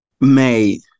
made